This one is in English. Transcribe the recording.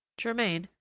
germain,